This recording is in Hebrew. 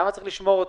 למה צריך לשמור אותו?